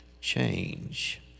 change